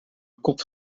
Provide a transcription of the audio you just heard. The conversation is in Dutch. kot